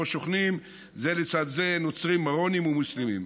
שבו שוכנים זה לצד זה נוצרים מרונים ומוסלמים.